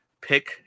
pick